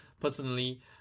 personally